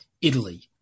Italy